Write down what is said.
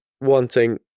wanting